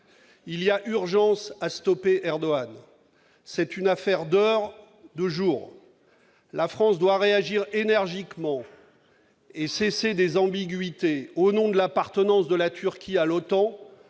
Il y a urgence à stopper Erdogan. C'est une affaire d'heures et de jours. La France doit réagir énergiquement et cesser ses ambiguïtés, au nom de l'appartenance de la Turquie à l'OTAN